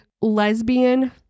Lesbian